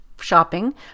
shopping